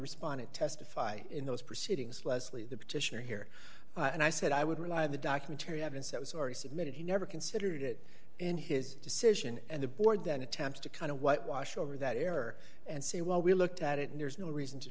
respondent testify in those proceedings leslie the petitioner here and i said i would rely on the documentary evidence that was already submitted he never considered it in his decision and the board then attempts to kind of whitewash over that error and say well we looked at it and there's no reason to